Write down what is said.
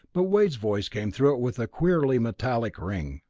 but wade's voice came through with a queerly metallic ring.